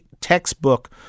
textbook